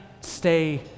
stay